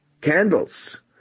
candles